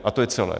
A to je celé.